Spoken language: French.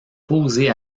posées